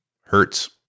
hurts